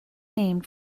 named